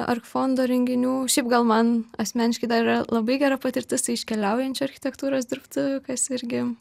ark fondo renginių šiaip gal man asmeniškai dar yra labai gera patirtis iš keliaujančių architektūros dirbtuvių kas irgi